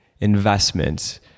investments